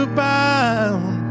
bound